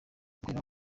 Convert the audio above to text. guhera